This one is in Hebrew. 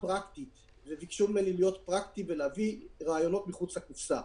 ביקשו ממני להיות פרקטי ולהביא רעיונות מחוץ לקופסה,